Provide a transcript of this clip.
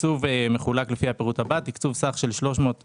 התקצוב מחולק לפי הפירוט הבא: תקצוב סך של 34,500